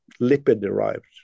lipid-derived